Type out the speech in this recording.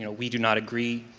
you know we do not agree,